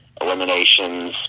eliminations